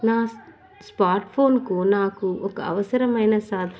నా స్మార్ట్ ఫోన్కు నాకు ఒక అవసరమైన సార్